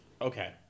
Okay